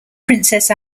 princess